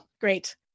Great